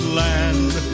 land